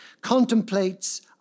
contemplates